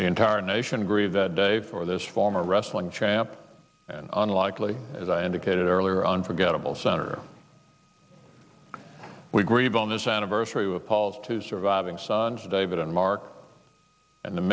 the entire nation agree that day for this former wrestling champ and unlikely as i indicated earlier unforgettable senator we grieve on this anniversary with paul's two surviving son david and mark and the